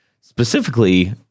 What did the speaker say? specifically